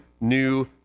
new